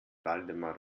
waldemar